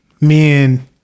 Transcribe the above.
men